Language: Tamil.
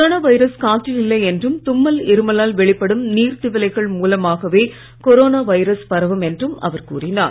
கொரோனா வைரஸ் காற்றில் இல்லை என்றும் தும்மல் இருமலால் வெளிப்படும் நீர்த் திவலைகள் மூலமாகவே கொரோனா வைரஸ் பரவும் என்றும் அவர் கூறினார்